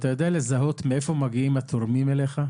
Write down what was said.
אתה יודע לזהות מאיפה מגיעים התורמים אליך?